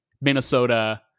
Minnesota